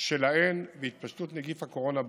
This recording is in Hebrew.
שלהן והתפשטות נגיף הקורונה בעולם,